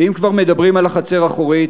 ואם כבר מדברים על חצר אחורית,